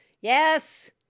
Yes